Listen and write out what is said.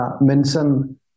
mention